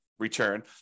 Return